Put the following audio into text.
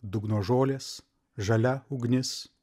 dugno žolės žalia ugnis